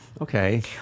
Okay